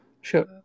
Sure